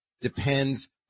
depends